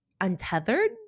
Untethered